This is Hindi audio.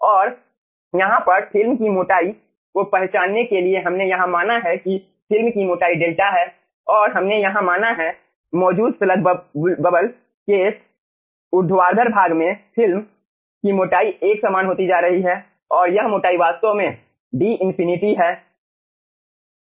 और यहाँ पर फिल्म की मोटाई को पहचानने के लिए हमने यहाँ माना है कि फिल्म की मोटाई डेल्टा है और हमने यहाँ माना है मौजूद स्लग बबल के ऊर्ध्वाधर भाग में फिल्म की मोटाई एक समान होती जा रही है और यह मोटाई वास्तव में d इंफिनिटी है